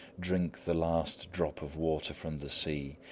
drink the last drop of water from the sea,